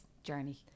journey